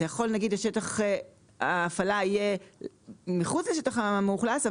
אתה יכול נגיד ששטח ההפעלה יהיה מחוץ לשטח המאוכלס,